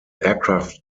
aircraft